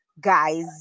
guys